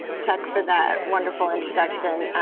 chuck, for that wonderful introduction.